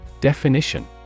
Definition